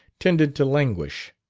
tended to languish.